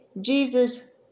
Jesus